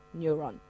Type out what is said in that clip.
neuron